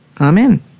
Amen